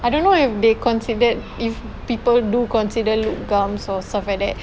I don't know if they considered if people do consider Loop Garms or stuff like that